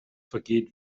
vergeht